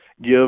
give